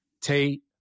tate